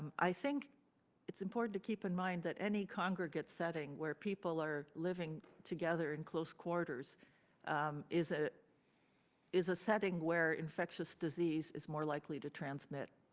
i think it's important to keep in mind that any congregate setting where people are living together in close quarters is ah a ah setting where infectious disease is more likely to transmit,